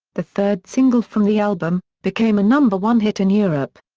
the third single from the album, became a number one hit in europe.